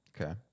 Okay